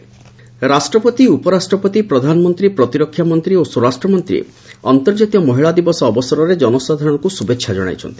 international woman day ରାଷ୍ଟ୍ରପତି ଉପରାଷ୍ଟ୍ରପତି ପ୍ରଧାନମନ୍ତ୍ରୀ ପ୍ରତିରକ୍ଷା ମନ୍ତ୍ରୀ ଓ ସ୍ୱରାଷ୍ଟ୍ରମନ୍ତ୍ରୀ ଅନ୍ତର୍କାତୀୟ ମହିଳା ଦିବସ ଅବସରରେ ଜନସାଧାରଣଙ୍କୁ ଶୁଭେଚ୍ଛା ଜଣାଇଛନ୍ତି